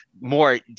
more